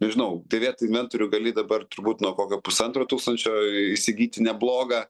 nežinau dėvėtą inventorių gali dabar turbūt nuo kokio pusantro tūkstančio įsigyti neblogą